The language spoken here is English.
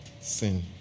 sin